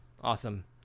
Awesome